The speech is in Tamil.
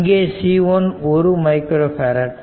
இங்கே C1 1 மைக்ரோ பேரட்